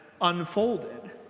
unfolded